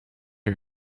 her